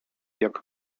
jak